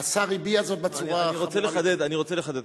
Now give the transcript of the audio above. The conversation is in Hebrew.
השר הביע זאת בצורה, אני רוצה לחדד.